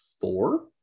four